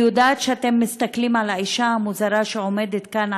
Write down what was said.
אני יודעת שאתם מסתכלים על האישה המוזרה שעומדת כאן,